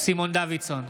סימון דוידסון,